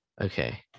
Okay